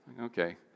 Okay